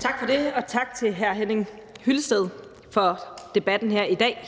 Tak for det, og tak til hr. Henning Hyllested for at rejse debatten her i dag.